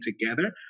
together